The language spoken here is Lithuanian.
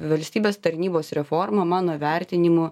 valstybės tarnybos reforma mano vertinimu